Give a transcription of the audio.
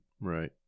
Right